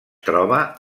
troba